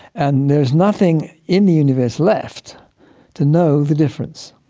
and there is nothing in the universe left to know the difference.